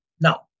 Now